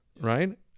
right